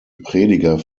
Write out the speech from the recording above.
prediger